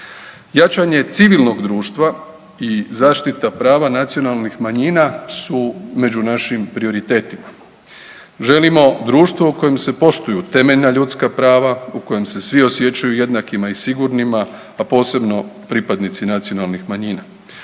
Jačanje civilnog društva i zaštita prava nacionalnih manjina su među našim prioritetima. Želimo društvo u kojem se poštuju temeljna ljudska prava, u kojem se svi osjećaju jednakima i sigurnima, a posebno pripadnici nacionalnih manjina.